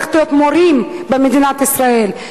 שהולכים להיות מורים במדינת ישראל,